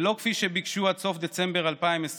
ולא עד סוף דצמבר 2020